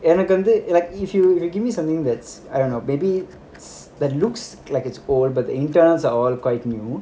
உனக்கு வந்து:unaku vanthu if you if you give me something that's I don't know maybe it's that looks like it's old but the internals are all quite new